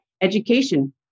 education